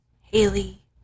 Haley